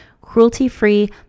cruelty-free